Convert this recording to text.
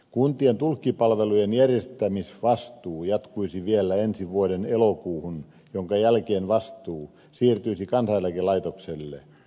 kuntien tulkkipalvelujen järjestämisvastuu jatkuisi vielä ensi vuoden elokuuhun minkä jälkeen vastuu siirtyisi kansaneläkelaitokselle